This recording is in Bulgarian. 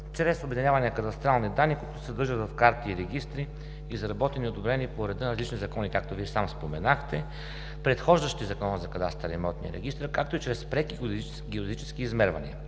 чрез обединяване на кадастрални данни, които се съдържат в карти и регистри, изработени и одобрени по реда на лични закони, както Вие сам споменахте, предхождащи Закона за кадастъра и имотния регистър, както и чрез преки геодезически измервания.